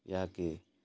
ଏହାକି